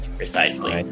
precisely